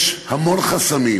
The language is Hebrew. יש המון חסמים,